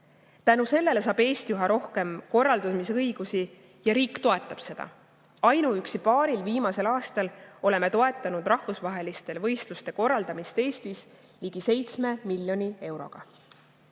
Tänu sellele saab Eesti üha rohkem korraldamise õigusi ja riik toetab seda. Ainuüksi paaril viimasel aastal oleme toetanud rahvusvaheliste võistluste korraldamist Eestis ligi 7 miljoni euroga.